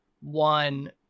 one